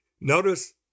notice